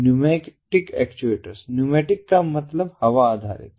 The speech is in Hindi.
न्यूमैटिक एक्चुएटर न्यूमैटिक का मतलब हवा आधारित है